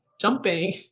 jumping